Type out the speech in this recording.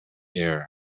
air